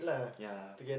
yeah